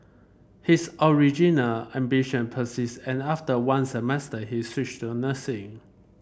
his original ambition persist and after one semester he switched to nursing